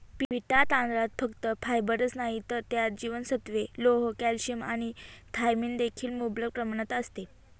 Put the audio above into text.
पिटा तांदळात फक्त फायबरच नाही तर त्यात जीवनसत्त्वे, लोह, कॅल्शियम आणि थायमिन देखील मुबलक प्रमाणात असते